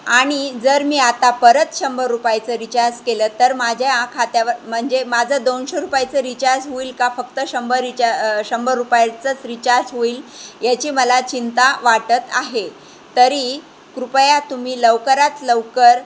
आणि जर मी आता परत शंभर रुपयाचं रिचाज केलं तर माझ्या खात्यावर म्हणजे माझं दोनशे रुपयाचं रिचार्ज होईल का फक्त शंभर रिचा शंभर रुपयाचंच रिचार्ज होईल याची मला चिंता वाटत आहे तरी कृपया तुम्ही लवकरात लवकर